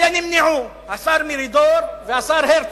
אלא נמנעו: השר מרידור והשר הרצוג.